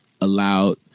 allowed